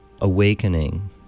awakening